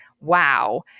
wow